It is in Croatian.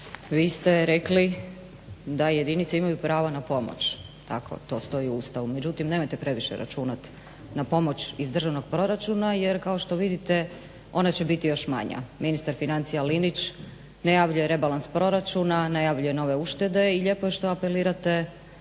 Vi ste rekli da jedinice imaju pravo na pomoć, tako to stoji u Ustavu. Međutim nemojte previše računati na pomoć iz državnog proračuna jer kao što vidite ona će biti još manja. Ministar financija Linić najavljuje rebalans proračuna, najavljuje nove uštede i lijepo je što apelirate